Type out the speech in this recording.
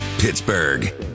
Pittsburgh